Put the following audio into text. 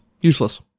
Useless